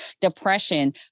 depression